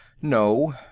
no.